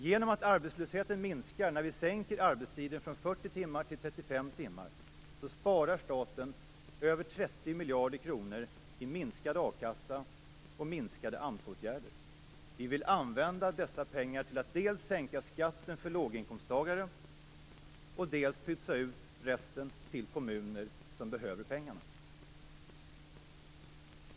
Genom att arbetslösheten minskar när vi sänker arbetstiden från 40 timmar till 35 timmar sparar staten över 30 miljarder kronor i minskad a-kassa och minskade AMS-åtgärder. Vi vill använda dessa pengar till att dels sänka skatten för låginkomsttagare, dels pytsa ut resten till kommuner som behöver pengarna.